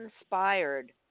inspired